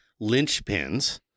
linchpins